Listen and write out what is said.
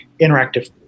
interactive